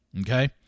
okay